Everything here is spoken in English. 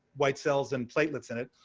white cells and platelets in it,